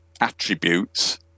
attributes